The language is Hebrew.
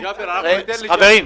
חבר'ה,